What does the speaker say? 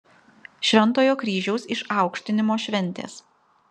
šventojo kryžiaus išaukštinimo šventės